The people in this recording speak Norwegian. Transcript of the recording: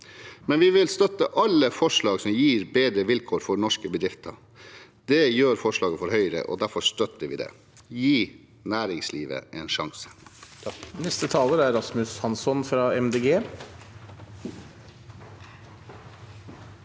men vi vil støtte alle forslag som gir bedre vilkår for norske bedrifter. Det gjør forslaget fra Høyre, og derfor støtter vi det. Gi næringslivet en sjanse.